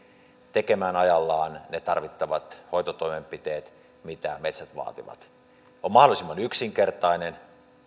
tekemään ajallaan ne tarvittavat hoitotoimenpiteet mitä metsät vaativat että se on mahdollisimman yksinkertainen